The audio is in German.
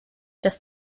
das